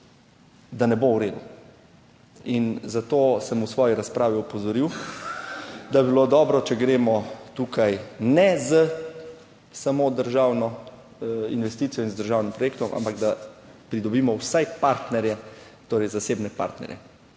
da ne bo v redu in zato sem v svoji razpravi opozoril, da bi bilo dobro, če gremo tukaj ne s samo državno investicijo in z državnim projektom, ampak da pridobimo vsaj partnerje, torej zasebne partnerje,